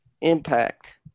Impact